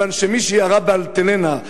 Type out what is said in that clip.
כיוון שמי שירה ב"אלטלנה",